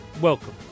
Welcome